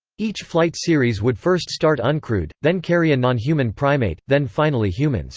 each flight series would first start uncrewed, then carry a non-human primate, then finally humans